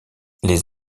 les